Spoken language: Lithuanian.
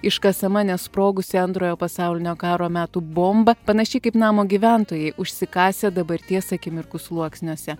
iškasama nesprogusi antrojo pasaulinio karo metų bomba panašiai kaip namo gyventojai užsikasę dabarties akimirkų sluoksniuose